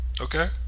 okay